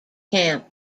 camp